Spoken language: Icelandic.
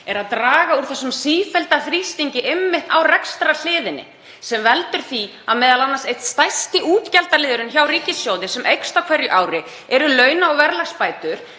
að draga úr þessum sífellda þrýstingi á rekstrarhliðinni sem veldur því m.a. að einn stærsti útgjaldaliðurinn hjá ríkissjóði, sem eykst á hverju ári, er launa- og verðlagsbætur